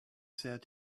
said